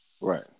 right